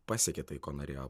pasiekė tai ko norėjo